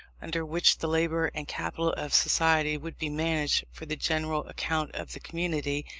under which the labour and capital of society would be managed for the general account of the community,